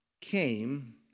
came